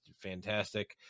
fantastic